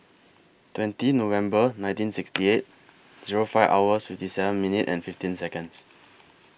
twenty November nineteen sixty eight Zero five hours fifty seven minute and fifteen Seconds